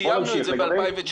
סיימנו את זה ב-2019.